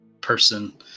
person